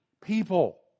people